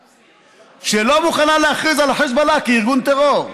שלא מוכנה להכריז על החיזבאללה כארגון טרור?